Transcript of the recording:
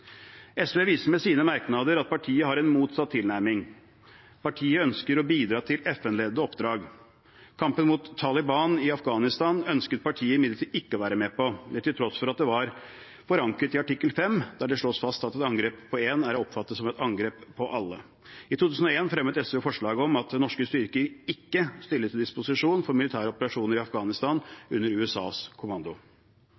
SV viser med sine merknader at partiet har en motsatt tilnærming. Partiet ønsker å bidra til FN-ledede oppdrag. Kampen mot Taliban i Afghanistan ønsket partiet imidlertid ikke å være med på, til tross for at det var forankret i artikkel 5, der det slås fast at et angrep på én er å oppfatte som et angrep på alle. I 2001 fremmet SV forslag om at norske styrker ikke skulle stilles til disposisjon for militære operasjoner i Afghanistan